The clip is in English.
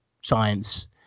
science